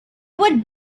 would